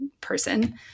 person